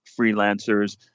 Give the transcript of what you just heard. freelancers